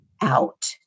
out